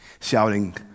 shouting